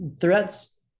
threats